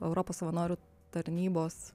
europos savanorių tarnybos